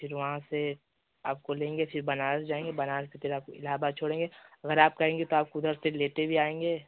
फिर वहाँ से आपको लेंगे फिर बनारस जाएँगे बनारस से फिर आपको इलाहाबाद छोड़ेंगे बनारस जाएँगे तो आपको उधर से लेते भी आएँगे